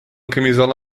camisola